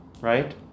Right